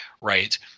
right